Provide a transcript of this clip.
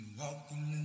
walking